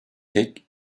tek